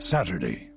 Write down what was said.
Saturday